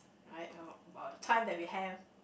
right about about the time that we have